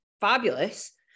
fabulous